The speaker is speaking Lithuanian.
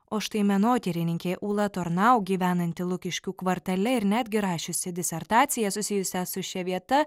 o štai menotyrininkė ūla tornau gyvenanti lukiškių kvartale ir netgi rašiusi disertaciją susijusią su šia vieta